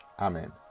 Amen